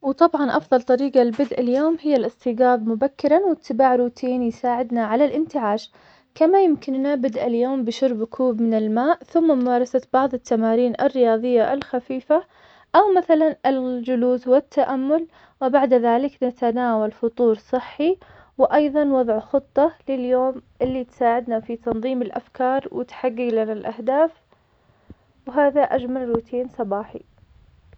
وطبعاً أفضل طريقة لبدء اليوم, هي الإستيقاظ مبكراً, واتباع روتين يساعدنا على الإنتعاش, كما يمكننا بدء اليوم بشرب كوب من الماء, ثم ممارسة بعض التمارين الرياضية الخفيفة, أومثلاً, الجلوس والتأمل, وبعد ذلك نتناول فطور صحي, وأيضاً وضع خطة لليوم اللي تساعدنا في تنظيم الأفكار, وتحقق لنا الأهداف, وهذا أجمل روتين صباحي.